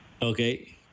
Okay